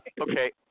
okay